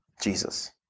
Jesus